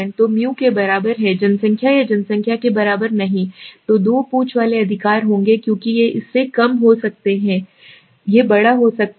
तो μ के बराबर है जनसंख्या या जनसंख्या के बराबर नहीं दो पूंछ वाले अधिकार होंगे क्योंकि यह इससे कम हो सकता है से बड़ा हो सकता है